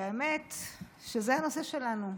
האמת שזה הנושא שלנו.